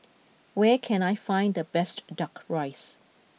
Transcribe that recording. where can I find the best duck rice